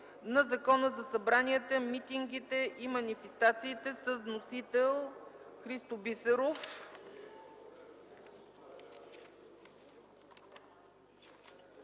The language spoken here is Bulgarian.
на Закона за събранията, митингите и манифестациите, внесен от Христо Бисеров.